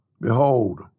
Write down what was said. Behold